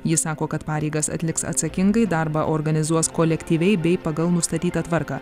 jis sako kad pareigas atliks atsakingai darbą organizuos kolektyviai bei pagal nustatytą tvarką